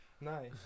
Nice